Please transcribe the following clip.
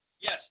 Yes